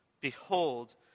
behold